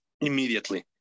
immediately